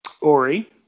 ori